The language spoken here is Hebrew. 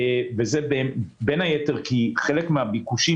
זה בין היתר כי גדלו חלק מן הביקושים